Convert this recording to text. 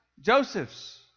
Joseph's